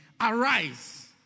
arise